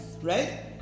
right